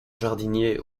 jardinier